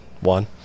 one